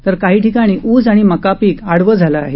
तर काही ठिकाणी ऊस आणि मका पीक आडवे झाले आहे